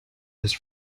just